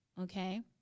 okay